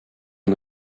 une